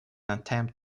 attempt